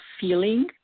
feeling